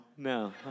No